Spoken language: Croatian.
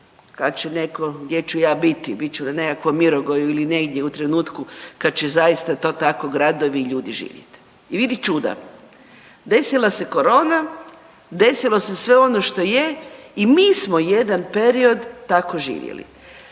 kad će neko gdje ću ja biti, bit ću na nekakvom Mirogoju ili negdje u trenutku kad će to zaista to tako gradovi i ljudi živjet. I vidi čuda, desila se korona, desilo se sve ono što je i mi smo jedan period tako živjeli.